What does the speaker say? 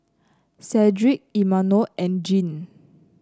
Cedric Imanol and Jean